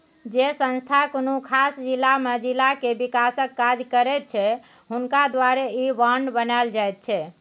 जे संस्था कुनु खास जिला में जिला के विकासक काज करैत छै हुनका द्वारे ई बांड बनायल जाइत छै